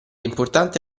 importante